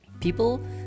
People